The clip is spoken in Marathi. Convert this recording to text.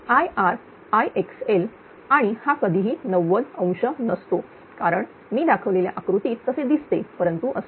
तर Ir Ixl आणि हा कधीही 90 °नसतो कारण मी दाखवलेल्या आकृतीत असे दिसते परंतु असे नसते